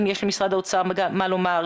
אם יש למשרד האוצר מה לומר.